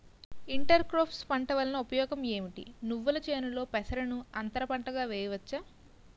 Inter crops పంట వలన ఉపయోగం ఏమిటి? నువ్వుల చేనులో పెసరను అంతర పంటగా వేయవచ్చా?